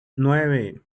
nueve